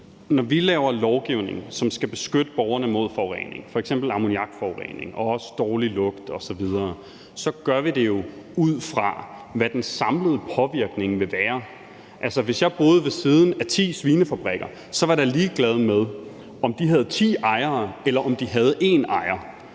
Når vi laver lovgivning, som skal beskytte borgerne mod forurening, f.eks. ammoniakforurening og også dårlig lugt osv., så gør vi det jo ud fra, hvad den samlede påvirkning vil være. Altså, hvis jeg boede ved siden af ti svinefabrikker, var jeg da ligeglad med, om de havde ti ejere eller de havde én ejer